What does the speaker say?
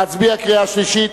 להצביע בקריאה שלישית?